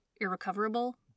irrecoverable